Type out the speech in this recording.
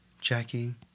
Jackie